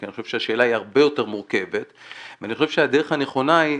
כי אני חושב שהשאלה היא הרבה יותר מורכבת ואני חושב שהדרך הנכונה היא,